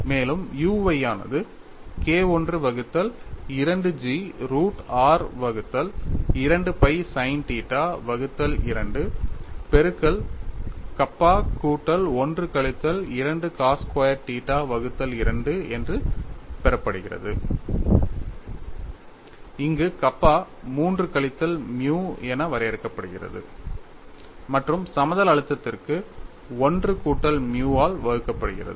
மேலும் u y ஆனது K I வகுத்தல் 2 G ரூட் r வகுத்தல் 2 pi sin θ வகுத்தல் 2 பெருக்கல் கப்பா கூட்டல் 1 கழித்தல் 2 cos ஸ்கொயர் θ வகுத்தல் 2 என்று பெருக்கப்படுகிறது இங்கு கப்பா 3 கழித்தல் மியூ என வரையறுக்கப்படுகிறது மற்றும் சமதள அழுத்தத்திற்கு 1 1 கூட்டல் மியூ ஆல் வகுக்கப்படுகிறது